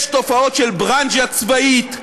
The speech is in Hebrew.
יש תופעות של ברנז'ה צבאית.